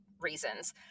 reasons